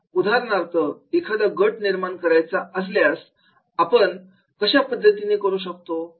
उदाहरणार्थ एखादा गट निर्माण करायचा असल्यास आपण कशा पद्धतीने निर्माण करू